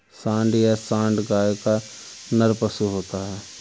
सांड या साँड़ गाय का नर पशु होता है